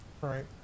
right